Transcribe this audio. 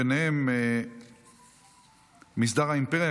וביניהם מסדר האימפריה,